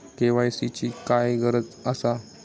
KYC ची काय गरज आसा?